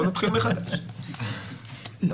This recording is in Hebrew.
אני